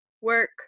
work